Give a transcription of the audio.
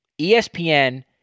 ESPN